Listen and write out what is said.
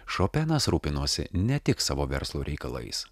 šopenas rūpinosi ne tik savo verslo reikalais